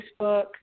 Facebook